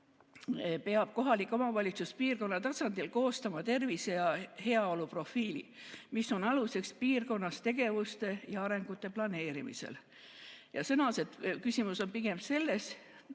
peab kohalik omavalitsus piirkonna tasandil koostama tervise‑ ja heaoluprofiili, mis on aluseks piirkonnas tegevuste ja arengute planeerimisel, ja sõnas, et küsimus on pigem selles,